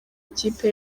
ikipe